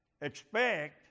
expect